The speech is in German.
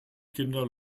kinder